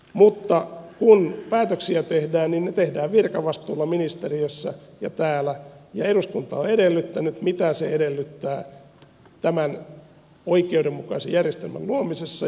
mutta kun päätöksiä tehdään niin ne tehdään virkavastuulla ministeriössä ja täällä ja eduskunta on edellyttänyt mitä se edellyttää tämän oikeudenmukaisen järjestelmän luomisessa